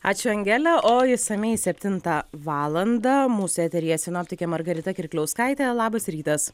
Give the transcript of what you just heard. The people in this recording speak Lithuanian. ačiū angele o išsamiai septintą valandą mūsų eteryje sinoptikė margarita kirkliauskaitė labas rytas